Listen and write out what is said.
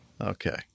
Okay